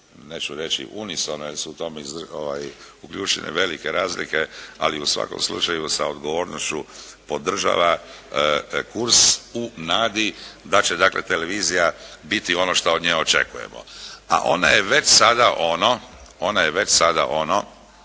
neću reći unisono jer su u tome uključene velike razlike ali u svakom slučaju sa odgovornošću podržava kurs u nadi da će dakle televizija biti ono što od nje očekujemo. A ona je već sada ono,